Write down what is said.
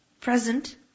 present